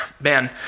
man